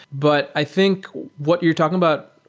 but i think what you're talking about,